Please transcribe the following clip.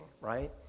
right